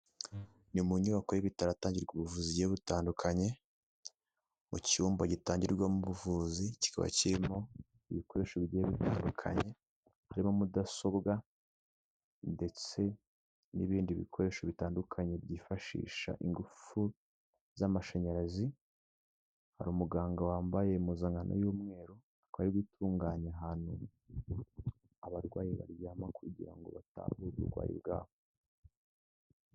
Ni mu nyubako y'ibitaro ahatangirwa ubuvuzi bugiye butandukanye, mu cyumba gitangirwamo ubuvuzi, kikaba kirimo ibikoresho bigiye bitandukanye harimo mudasobwa ndetse n'ibindi bikoresho bitandukanye byifashisha ingufu z'amashanyarazi, hari umuganga wambaye impuzankano y'umweru, akaba ari gutunganya ahantu abarwayi baryama kugira ngo batahure uburwayi bwabo.